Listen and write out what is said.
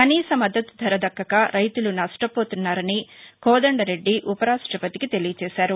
కనీస మద్దతు ధర దక్కక రైతులు నష్టపోతున్నారని కోదండరెడ్డి ఉపరాష్టపతికి తెలియజేశారు